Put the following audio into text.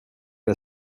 der